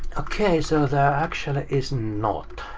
okay, so there actually is not.